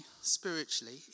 spiritually